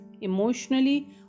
emotionally